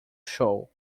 show